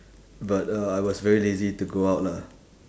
but uh I was very lazy to go out lah